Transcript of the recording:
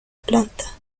planta